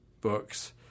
books